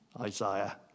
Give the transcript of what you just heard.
Isaiah